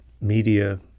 media